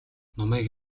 номыг